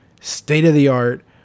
state-of-the-art